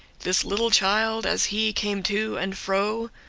this little child, as he came to and fro,